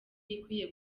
ikwiye